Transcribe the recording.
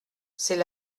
c’est